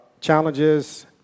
challenges